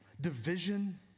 division